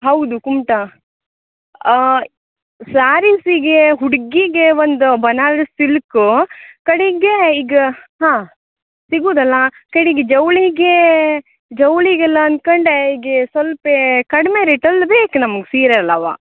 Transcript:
ಹೌದು ಕುಮಟಾ ಸ್ಯಾರಿಸಿಗೆ ಹುಡುಗಿಗೆ ಒಂದು ಬನಾರಸ್ ಸಿಲ್ಕು ಕಡೆಗೆ ಈಗ್ ಹಾಂ ಸಿಗೋದಲ್ಲಾ ಕಡೆಗೆ ಜವಳಿಗೇ ಜವಳಿಗೆಲ್ಲ ಅನ್ಕೊಂಡೆ ಹೀಗೆ ಸ್ವಲ್ಪೇ ಕಡಿಮೆ ರೇಟಲ್ಲಿ ಬೇಕು ನಮ್ಗೆ ಸೀರೆ ಎಲ್ಲಾ